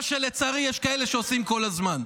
מה שלצערי יש כאלה שעושים כל הזמן.